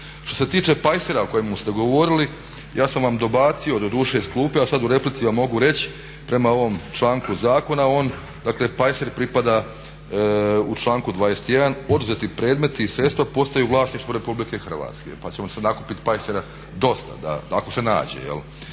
Što se tiče pajsera o kojemu ste govorili ja sam vam dobacio, doduše iz klupe, a sad u replici vam mogu reći prema ovom članku zakona on dakle pajser pripada u članku 21. "Oduzeti predmeti i sredstva postaju vlasništvu RH" pa ćemo se nakupit pajsera dosta ako se nađe. A